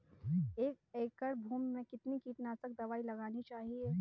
एक एकड़ भूमि में कितनी कीटनाशक दबाई लगानी चाहिए?